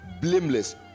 blameless